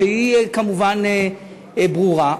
שהיא כמובן ברורה,